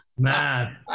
Man